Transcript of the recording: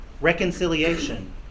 reconciliation